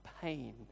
pain